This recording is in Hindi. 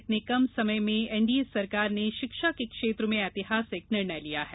इतने कम समय में एनडीए सरकार ने शिक्षा के क्षेत्र में ऐतिहासिक निर्णय लिया है